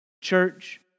Church